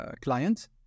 client